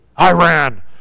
Iran